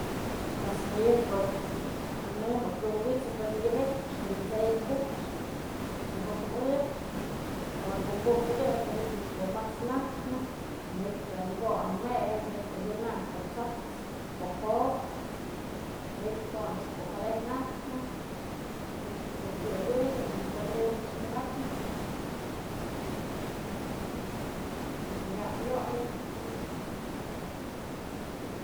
Pes jayëp an në muk yojwi'isëp we'en yëbekyë ji'i tse'ey bujyë t's¨]ebox mëdë ora ko'o bujpëdëp manytë nëkxë kumat'snaxnë manytë kon mëwëp neyb adyunanyë pë t'saps pë pop mnaytë kon nëkxë kujedet naxnëmanytë ko'o kyëwënyë manytë verdura nëkxë padaknë jadun, manytë kapyonyëp tëdun.